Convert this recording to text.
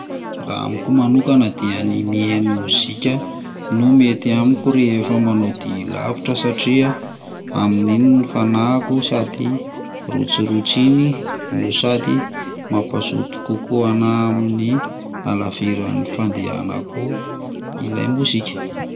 Raha amiko manokana dia ny mihaino mozika no mety amiko rehefa manao dia lavitra satria amin'iny ny fanahiko sady rotsirotsiny no sady mampazoto kokoa anahy amin'ny halaviran'ny fandehanako ilay mozika.